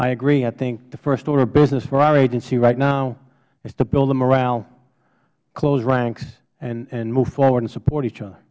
i agree i think the first order of business for our agency right now is to build the morale close ranks and move forward and support each other